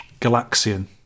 Galaxian